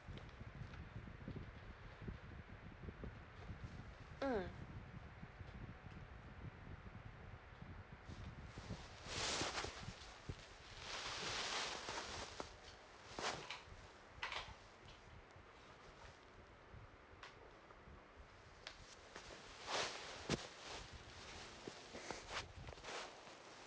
mm